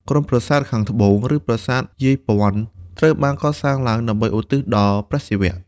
ក្រុមប្រាសាទខាងត្បូង ឬប្រាសាទយាយព័ន្ធ ត្រូវបានកសាងឡើងដើម្បីឧទ្ទិសដល់ព្រះសិវៈ។